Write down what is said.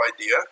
idea